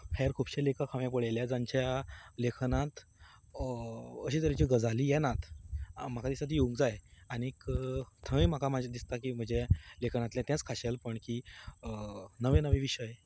हेर खुबशे लेखक हांवें पळयल्यात जांच्या लेखनांत अशे तरेच्यो गजाली येनात म्हाका दिसता ती येवंक जाय आनी थंय म्हाका मातशे दिसता की म्हजें लेखनांतलें तेंच खाशेलपण की नवे नवे विशय